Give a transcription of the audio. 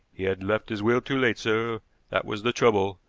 he had left his will too late, sir that was the trouble,